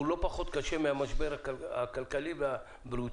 הוא לא פחות קשה מהמשבר הכלכלי והבריאותי.